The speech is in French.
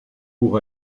pour